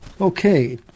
Okay